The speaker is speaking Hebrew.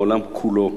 העולם כולו,